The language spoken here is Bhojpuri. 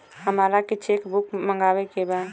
हमारा के चेक बुक मगावे के बा?